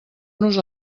nos